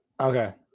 Okay